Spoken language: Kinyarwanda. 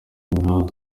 imihanda